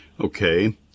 Okay